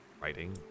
Writing